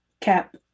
cap